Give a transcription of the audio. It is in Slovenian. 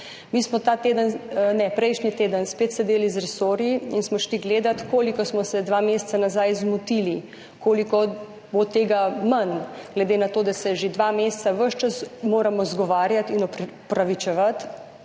Mi smo prejšnji teden spet sedeli z resorji in smo šli gledat, koliko smo se dva meseca nazaj zmotili, koliko bo tega manj, glede na to, da se moramo že dva meseca ves čas zgovarjati in opravičevati,